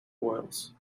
oils